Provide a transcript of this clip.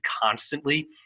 constantly